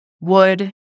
wood